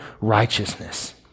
righteousness